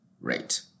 rate